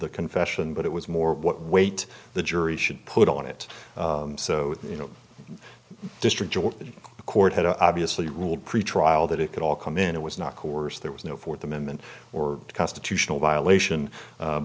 the confession but it was more what weight the jury should put on it so you know district court had a obviously ruled pretrial that it could all come in it was not course there was no fourth amendment or constitutional violation